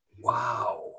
Wow